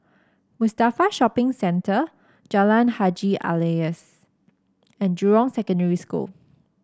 Mustafa Shopping Centre Jalan Haji Alias and Jurong Secondary School